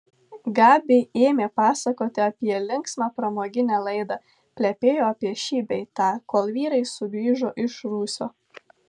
gabi ėmė pasakoti apie linksmą pramoginę laidą plepėjo apie šį bei tą kol vyrai sugrįžo iš rūsio